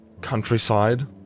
countryside